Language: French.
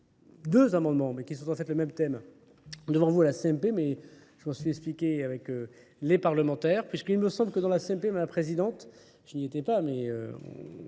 Deux amendements, mais qui sont en fait le même thème. Devant vous, la CMP, mais je m'en suis expliqué avec les parlementaires, puisqu'il me semble que dans la CMP, mais la présidente, je n'y étais pas, mais